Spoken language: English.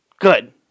Good